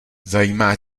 zajímá